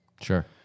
sure